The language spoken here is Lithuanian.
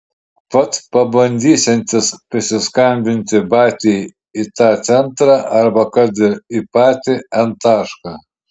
pats pabandysiantis prisiskambinti batiai į tą centrą arba kad ir į patį n tašką